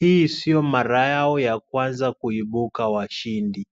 Hii sio mara yao ya kwanza kuibuka washindi.